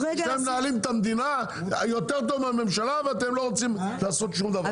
שאתם מנהלים את המדינה יותר טוב מהממשלה ואתם לא רוצים לעשות שום דבר.